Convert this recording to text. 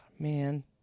Man